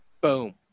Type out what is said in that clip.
Boom